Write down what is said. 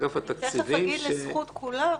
מאגף התקציבים -- אני תכף אגיד לזכות כולם.